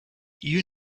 you